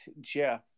Jeff